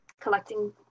Collecting